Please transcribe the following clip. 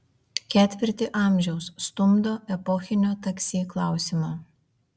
ketvirtį amžiaus stumdo epochinio taksi klausimo